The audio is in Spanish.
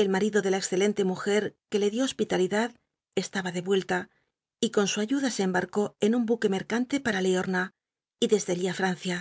el marido do la oxcejonte mujer que lo dió hospitalidad estaba de vuel la y con su ayuda se embarcó en un buque moroan tc pal'a j iorna y desde allí á francia